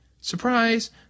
Surprise